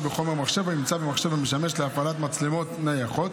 בחומר מחשב הנמצא במחשב המשמש להפעלת מצלמות נייחות,